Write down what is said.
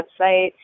website